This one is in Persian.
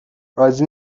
راضی